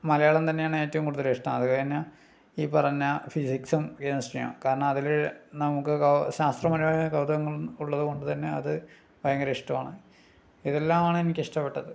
മലയാളം തന്നെയാണ് ഏറ്റവും കൂടുതലിഷ്ടം അതു കഴിഞ്ഞാൽ ഈ പറഞ്ഞ ഫിസിക്സും കെമിസ്ട്രിയും കാരണം അതില് നമുക്ക് കൗ ശാസ്ത്രപരമായ കൗതുകങ്ങൾ ഉള്ളതു കൊണ്ടു തന്നെ അത് ഭയങ്കര ഇഷ്ടമാണ് ഇതെല്ലാമാണെനിക്ക് ഇഷ്ടപെട്ടത്